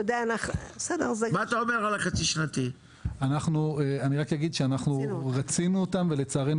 אני רק אגיד שאנחנו רצינו אותם ולצערנו